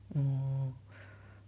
oh